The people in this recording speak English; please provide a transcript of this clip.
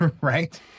Right